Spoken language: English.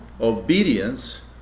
obedience